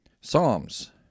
Psalms